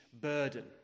burden